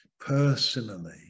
personally